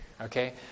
okay